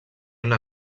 una